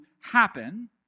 happen